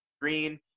Green